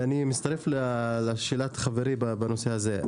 ואני מצטרף לשאלת חברי בנושא הזה,